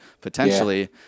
potentially